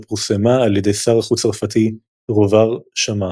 אשר פורסמה על ידי שר החוץ הצרפתי רובר שומאן.